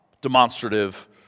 demonstrative